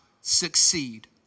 succeed